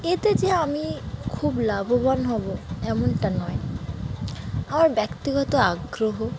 এতে যে আমি খুব লাভবান হবো এমনটা নয় আমার ব্যক্তিগত আগ্রহ